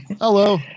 Hello